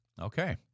Okay